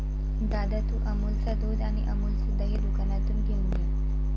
दादा, तू अमूलच्या दुध आणि अमूलचे दही दुकानातून घेऊन ये